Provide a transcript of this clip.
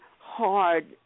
hard